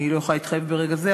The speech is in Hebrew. אני לא יכולה להתחייב ברגע זה,